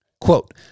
Quote